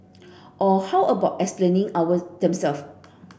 or how about explaining our them self